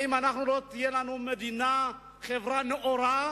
האם תהיה לנו מדינה, חברה נאורה,